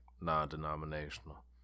non-denominational